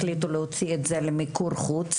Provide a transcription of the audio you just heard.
החליטו להוציא את זה למיקור חוץ